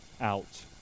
out